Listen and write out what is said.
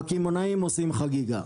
הקמעונאים עושים חגיגה.